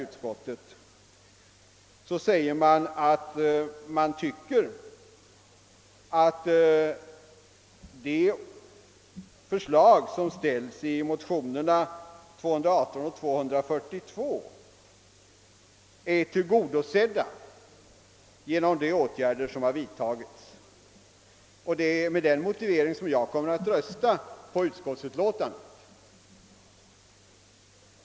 Utskottet skriver att det krav som ställts i motionerna I:218 och II: 242 synes vara tillgodosett genom de åtgärder som vidtagits, och det är med den motiveringen som jag kommer att rösta för bifall till utskottets hemställan.